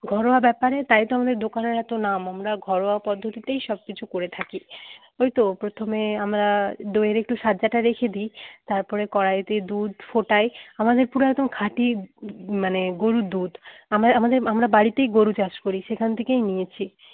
ঘরোয়া ব্যাপারে তাই তো আমাদের দোকানের এত নাম আমরা ঘরোয়া পদ্ধতিতেই সবকিছু করে থাকি ওই তো প্রথমে আমরা দইয়ের একটু রেখে দিই তারপরে কড়াইতে দুধ ফোটাই আমাদের পুরো একদম খাঁটি মানে গরুর দুধ আমরা আমাদের আমরা বাড়িতেই গরু চাষ করি সেখান থেকেই নিয়েছি